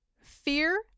fear